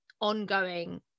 ongoing